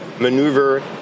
maneuver